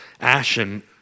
Ashen